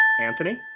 anthony